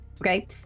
Okay